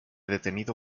detenido